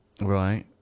Right